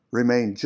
remain